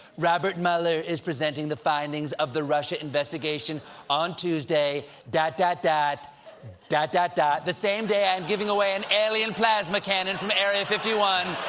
robert muller is presenting the findings of the russia investigation on tuesday dot dot dot dot dot dot the same day i am giving away an alien plasma cannon from area fifty one!